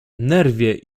nerwie